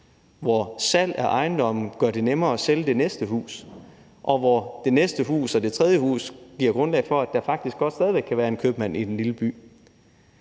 hvor salg af ejendomme gør det nemmere at sælge det næste hus, og hvor det næste hus og det næste hus igen giver grundlag for, at der faktisk godt stadig væk kan være en købmand i den lille by.